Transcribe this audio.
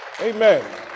Amen